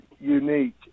unique